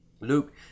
luke